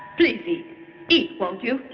please eat, eat won't you?